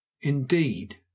Indeed